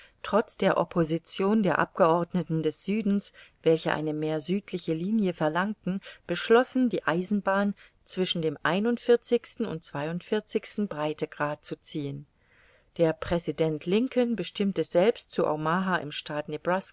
trotz der opposition der abgeordneten des südens welche eine mehr südliche linie verlangten beschlossen die eisenbahn zwischen dem einundvierzigsten und zweiundvierzigsten breitegrad zu ziehen der präsident lincoln bestimmte selbst zu